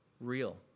real